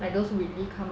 I don't really come